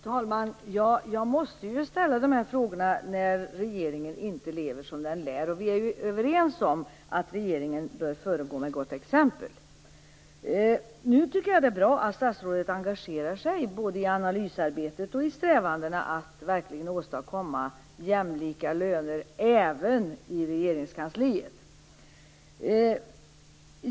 Fru talman! Jag måste ju ställa dessa frågor när regeringen inte lever som den lär. Vi är ju överens om att regeringen bör föregå med gott exempel. Jag tycker att det är bra att statsrådet engagerar sig både i analysarbetet och i strävandena att verkligen åstadkomma jämlika löner även i Regeringskansliet.